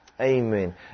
Amen